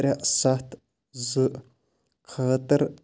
ترٛےٚ ستھ زٕ خٲطرٕ